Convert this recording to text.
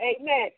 Amen